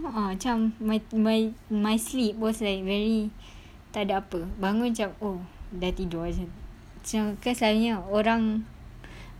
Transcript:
a'ah macam my my my sleep was like very takde apa bangun macam oh dah tidur macam macam kan selalunya orang